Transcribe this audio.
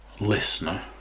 Listener